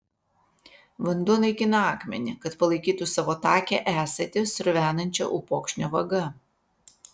vanduo naikina akmenį kad palaikytų savo takią esatį sruvenančią upokšnio vaga